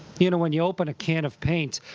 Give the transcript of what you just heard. you know when you open a can of paint,